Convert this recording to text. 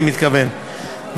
אני מתכוון,